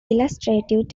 illustrative